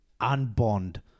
Unbond